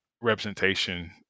representation